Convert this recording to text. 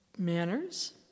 Manners